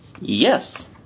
Yes